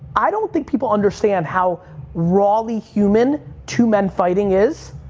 i don't think people understand how rawly human two men fighting is.